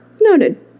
Noted